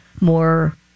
more